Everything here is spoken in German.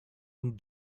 und